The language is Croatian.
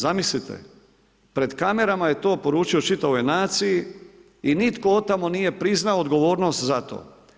Zamislite, pred kamerama je to poručio čitavoj naciji i nitko od tamo nije priznao odgovornost za to.